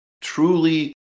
truly